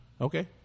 Okay